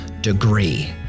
degree